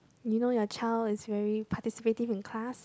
you know your child is very participative in class